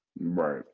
Right